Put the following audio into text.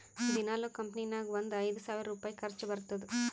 ದಿನಾಲೂ ಕಂಪನಿ ನಾಗ್ ಒಂದ್ ಐಯ್ದ ಸಾವಿರ್ ರುಪಾಯಿ ಖರ್ಚಾ ಬರ್ತುದ್